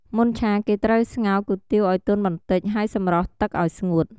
មុនឆា គេត្រូវស្ងោរគុយទាវឱ្យទន់បន្តិច ហើយសម្រស់ទឹកឱ្យស្ងួត។